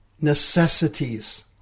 necessities